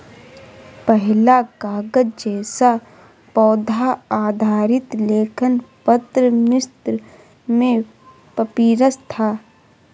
पहला कागज़ जैसा पौधा आधारित लेखन पत्र मिस्र में पपीरस था